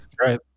Right